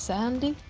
sandy?